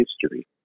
history